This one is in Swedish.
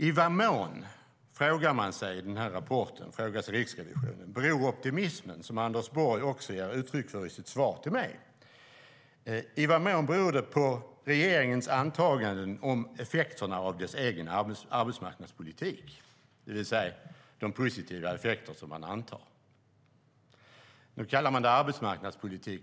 I vad mån, frågar sig Riksrevisionen i rapporten, beror optimismen - som Anders Borg också ger uttryck för i sitt svar till mig - "på regeringens antaganden om effekterna av dess egen arbetsmarknadspolitik". Det är alltså positiva effekter regeringen gör antaganden om. Man kallar det arbetsmarknadspolitik.